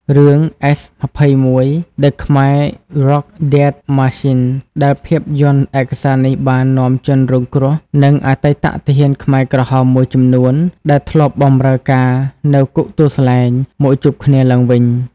រឿង S21: The Khmer Rouge Death Machine ដែល ភាពយន្តឯកសារនេះបាននាំជនរងគ្រោះ និងអតីតទាហានខ្មែរក្រហមមួយចំនួនដែលធ្លាប់បម្រើការនៅគុកទួលស្លែង មកជួបគ្នាឡើងវិញ។